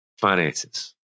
finances